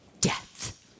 death